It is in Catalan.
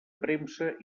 premsa